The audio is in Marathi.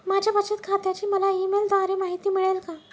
माझ्या बचत खात्याची मला ई मेलद्वारे माहिती मिळेल का?